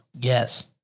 Yes